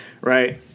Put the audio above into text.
right